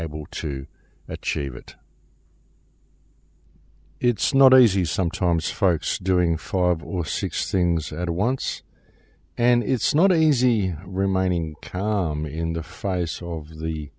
able to achieve it it's not easy sometimes folks doing fog or six things at once and it's not easy reminding me in the